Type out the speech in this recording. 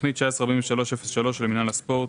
בתוכנית 19-43-03, מינהל הספורט